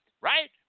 right